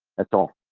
that's all.